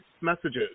messages